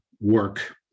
work